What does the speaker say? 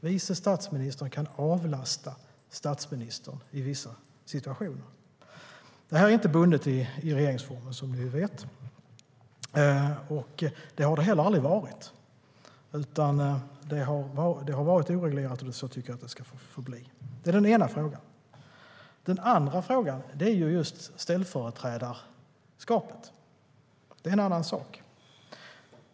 Vice statsministern kan avlasta statsministern i vissa situationer. Detta är inte bundet i regeringsformen som vi ju vet. Det har det heller aldrig varit, utan det har varit oreglerat. Så tycker jag att det ska förbli. Det var den ena frågan. Den andra frågan är just ställföreträdarskapet. Det är en annan sak.